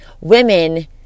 Women